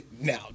now